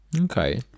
Okay